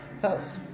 post